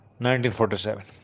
1947